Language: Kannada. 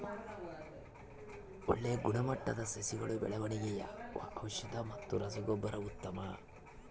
ಒಳ್ಳೆ ಗುಣಮಟ್ಟದ ಸಸಿಗಳ ಬೆಳವಣೆಗೆಗೆ ಯಾವ ಔಷಧಿ ಮತ್ತು ರಸಗೊಬ್ಬರ ಉತ್ತಮ?